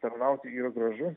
tarnauti yra gražu